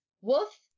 Wolf